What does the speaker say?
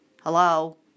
Hello